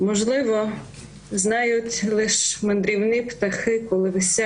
"אולי רק ציפורי-מסע יודעות/ כשהן תלויות